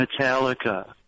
Metallica